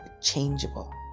changeable